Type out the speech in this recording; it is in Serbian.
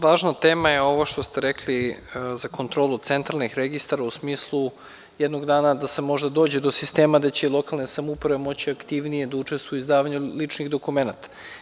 Važna tema je ovo što ste rekli za kontrolu centralnih registara u smislu jednog dana da se možda dođe do sistema da će lokalne samouprave moći da aktivnije učestvuju u izdavanju ličnih dokumenata.